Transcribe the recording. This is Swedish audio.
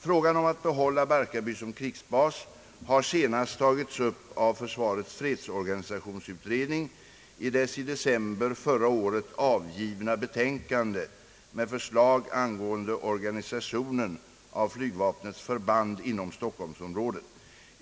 Frågan om att behålla Barkarby som krigsbas har senast tagits upp av försvarets fredsorganisationsutredning i dess i december 1968 avgivna betänkande med förslag angående organisationen av flygvapnets förband inom stockholmsområdet.